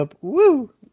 Woo